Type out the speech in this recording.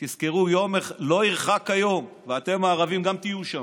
תזכרו, לא ירחק היום וגם אתם, הערבים, תהיו שם,